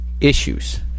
issues